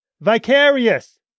Vicarious